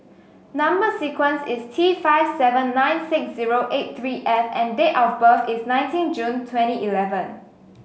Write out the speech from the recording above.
number sequence is T five seven nine six zero eight three F and date of birth is nineteen June twenty eleven